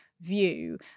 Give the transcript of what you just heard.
view